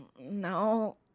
No